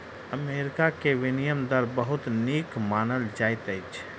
America के विनिमय दर बहुत नीक मानल जाइत अछि